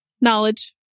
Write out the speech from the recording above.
knowledge